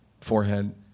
forehead